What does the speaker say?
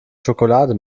schokolade